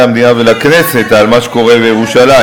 המדינה ולכנסת מה על מה שקורה בירושלים.